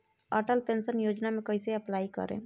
Atal pension Yojana मे कैसे apply करेम?